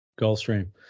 Gulfstream